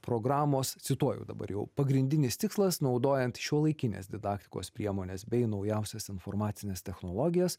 programos cituoju dabar jau pagrindinis tikslas naudojant šiuolaikines didaktikos priemones bei naujausas informacines technologijas